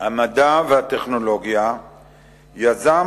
המדע והטכנולוגיה יזם